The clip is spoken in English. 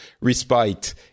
respite